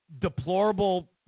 deplorable